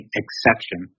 exception